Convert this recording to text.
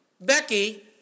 Becky